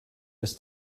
ist